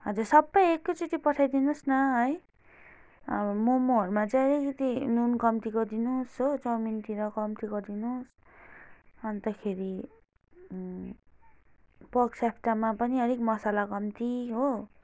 हजुर सबै एकैचोटि पठाइदिनुहोस् न है अब मोमोहरूमा चाहिँ अलिकति नुन कम्ती गरिदिनुहोस् हो चौमिनतिर कम्ती गरिदिनुहोस् अन्तखेरि पर्क स्याक्टामा पनि अलिक मसाला कम्ती हो